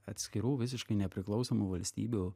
atskirų visiškai nepriklausomų valstybių